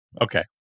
Okay